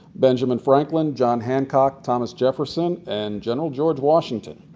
benjamin franklin, john hancock, thomas jefferson, and general george washington.